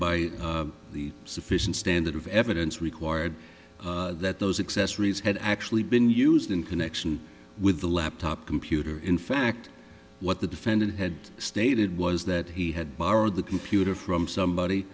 the sufficient standard of evidence required that those accessories had actually been used in connection with the laptop computer in fact what the defendant had stated was that he had borrowed the computer from somebody